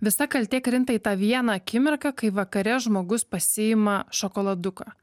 visa kaltė krinta į tą vieną akimirką kai vakare žmogus pasiima šokoladuką